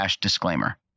disclaimer